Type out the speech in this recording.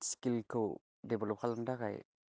स्किलखौ develop खालामनो थाखाय